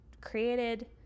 created